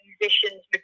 musicians